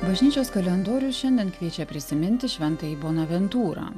bažnyčios kalendorius šiandien kviečia prisiminti šventąjį bonaventūrą